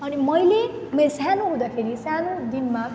अनि मैले म सानो हुँदाखेरि सानो दिनमा